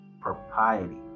propriety